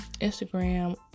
Instagram